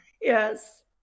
Yes